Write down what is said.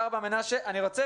אני רוצה